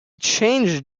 changed